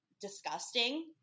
disgusting